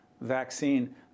vaccine